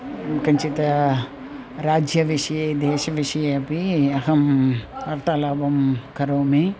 किञ्चित् राज्यविषये देशविषये अपि अहं वार्तालापं करोमि